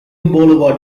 boulevard